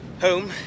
Home